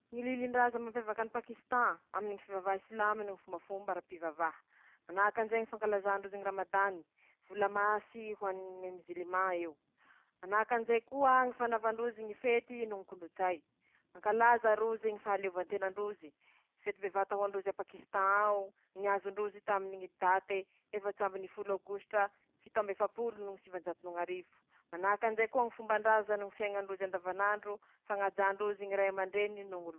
Ñy lilindraza mampiavaky any Pakisitan: Aminy ñy fivavaha silamo noho ñy fombafomba arapivavaha, manahakanjay ñy fankalazà ndrozy ñy ramadany, vola masy ho any ñ mizilimà eo, manakanjay koa ñy fanavandrozy ñy fety no ñy kolotsay, mankalaza rozy ñy fahaleovantena ndrozy, fety bevata ho androzy a Pakisitan aoo niazo ndrozy taminy ñy date efats'ambiny folo aogositra fito amby efapolo no ñy sivanjato no ñ'arivo, manakanjay koa ñy fombandraza no ñy fiaiña ndrozy andavan'andro, fañajà ndrozy ñy ray amandreny.